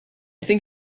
think